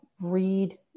read